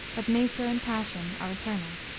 but nature and passion are eternal.